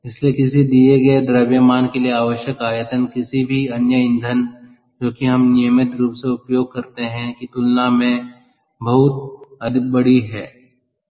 इसलिए किसी दिए गए द्रव्यमान के लिए आवश्यक आयतन किसी भी अन्य ईंधन जो कि हम नियमित रूप से उपयोग करते हैं कि तुलना में बहुत बड़ी है